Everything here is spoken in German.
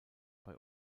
bei